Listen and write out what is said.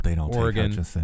Oregon